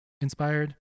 inspired